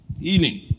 healing